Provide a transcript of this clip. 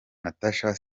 natasha